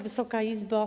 Wysoka Izbo!